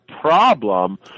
problem